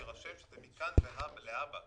שיירשם שזה מכאן להבא.